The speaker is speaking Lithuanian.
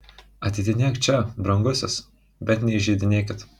ateidinėk čia brangusis bet neįžeidinėkit